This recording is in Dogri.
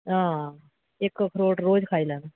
हां इक अखरोट रोज खाई लैना